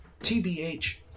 TBH